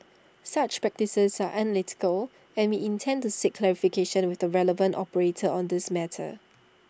such practices are unethical and we intend to seek clarification with the relevant operator on this matter